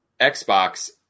Xbox